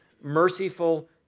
merciful